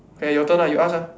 K your turn lah you ask ah